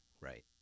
right